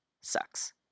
sucks